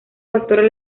factores